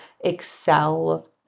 Excel